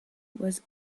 was